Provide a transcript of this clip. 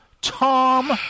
tom